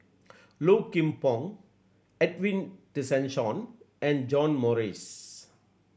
Low Kim Pong Edwin Tessensohn and John Morrice